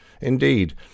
Indeed